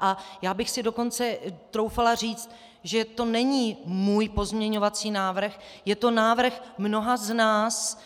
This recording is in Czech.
A já bych si dokonce troufala říct, že to není můj pozměňovací návrh, je to návrh mnoha z nás